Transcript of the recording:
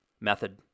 method